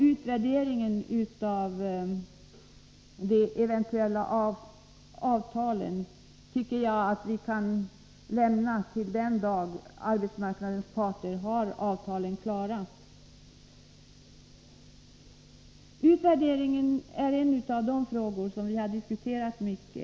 Utvärderingen av de eventuella avtalen tycker jag att vi kan lämna till den dag då arbetsmarknadens parter har avtalen klara. Utvärderingen av ungdomslagen är en av de frågor som vi har diskuterat mycket.